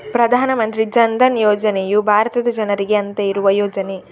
ಪ್ರಧಾನ ಮಂತ್ರಿ ಜನ್ ಧನ್ ಯೋಜನೆಯು ಭಾರತದ ಜನರಿಗೆ ಅಂತ ಇರುವ ಯೋಜನೆ